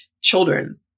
children